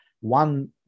one